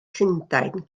llundain